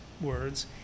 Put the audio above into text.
words